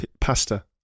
pasta